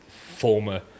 former